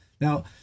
Now